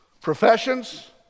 professions